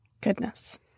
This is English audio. Goodness